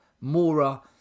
Mora